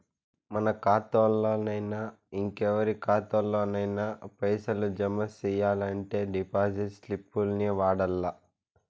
మన కాతాల్లోనయినా, ఇంకెవరి కాతాల్లోనయినా పైసలు జమ సెయ్యాలంటే డిపాజిట్ స్లిప్పుల్ని వాడల్ల